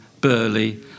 Burley